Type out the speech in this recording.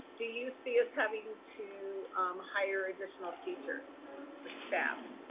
do you see us having to hire additional teachers or staff?